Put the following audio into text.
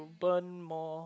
burn more